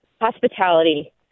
hospitality